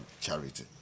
charity